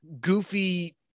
goofy